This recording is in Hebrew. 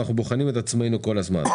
אנחנו בוחנים את עצמנו כל הזמן.